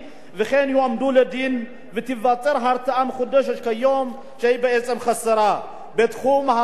ותיווצר הרתעה מחודשת שכיום היא בעצם חסרה בתחום ההסתה בשל